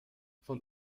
von